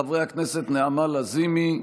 חברי הכנסת נעמה לזימי,